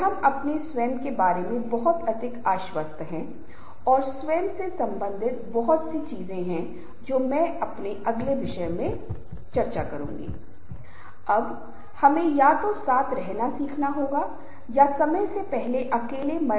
अब जब हम समूह के बारे में बात करते हैं तो बहुत सारे अध्ययन होते हैं जो हमें बताएंगे कि समूह का मतलब क्या है एक समूह में कितने व्यक्ति होने चाहिए यह टीम से कैसे अलग है